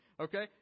Okay